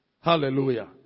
Hallelujah